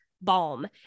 balm